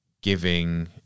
giving